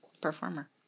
performer